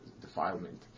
defilement